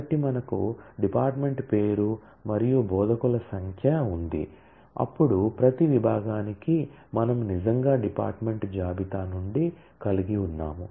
కాబట్టి మనకు డిపార్ట్మెంట్ పేరు మరియు బోధకుల సంఖ్య ఉంది అప్పుడు ప్రతి విభాగానికి మనము నిజంగా డిపార్ట్మెంట్ జాబితా నుండి కలిగి ఉన్నాము